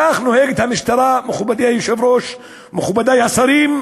כך נוהגת המשטרה, מכובדי היושב-ראש, מכובדי השרים,